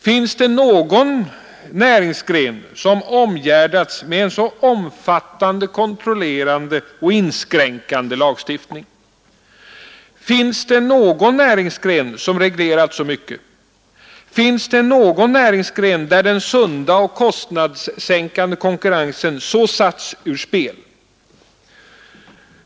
Finns det någon näringsgren som omgärdats med en så omfattande kontrollerande och inskränkande lagstiftning? Finns det någon näringsgren som reglerats så mycket? Finns det någon näringsgren där den sunda och kostnadssänkande konkurrensen så satts ur spel?